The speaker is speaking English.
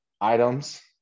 items